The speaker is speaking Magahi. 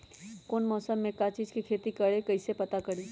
कौन मौसम में का चीज़ के खेती करी कईसे पता करी?